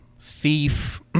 thief